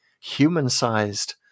human-sized